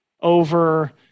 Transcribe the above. over